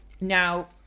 Now